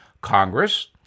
Congress